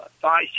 size